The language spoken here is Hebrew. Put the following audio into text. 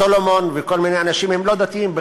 סלומון וכל מיני אנשים הם לא דתיים,